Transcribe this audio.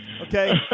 Okay